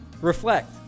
Reflect